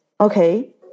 okay